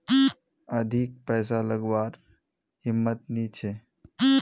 अधिक पैसा लागवार हिम्मत नी छे